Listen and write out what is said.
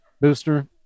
Booster